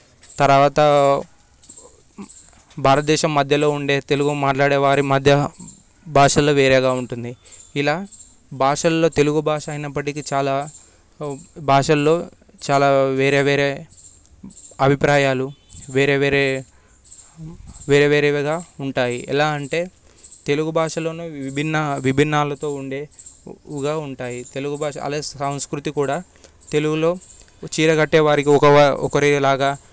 తర్వాత భారతదేశం మధ్యలో ఉండే తెలుగు మాట్లాడే వారి మధ్య భాషలు వేరేగా ఉంటుంది ఇలా భాషల్లో తెలుగు భాష అయినప్పటికీ చాలా భాషల్లో చాలా వేరే వేరే అభిప్రాయాలు వేరే వేరే వేరే వేరేవిగా ఉంటాయి ఎలా అంటే తెలుగు భాషలోనే విభిన్న విభిన్నాలతో ఉండే వుగా ఉంటాయి తెలుగు భాష అలాగే సాంస్కృతి కూడా తెలుగులో చీర కట్టే వారికి ఒ ఒకరిలాగా